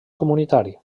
comunitari